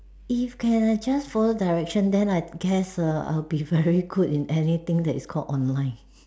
if can adjust for direction then I guess err I will be very good in anything that is called online